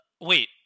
Wait